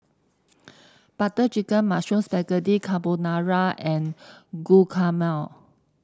Butter Chicken Mushroom Spaghetti Carbonara and Guacamole